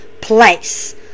Place